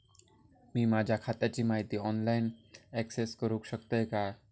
मी माझ्या खात्याची माहिती ऑनलाईन अक्सेस करूक शकतय काय?